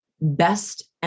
best